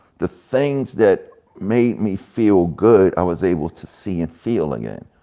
the things that made me feel good, i was able to see and feel again.